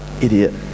Idiot